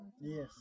yes